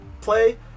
play